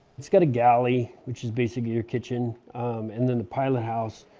it's got a galley, which is basically your kitchen and then the pilot house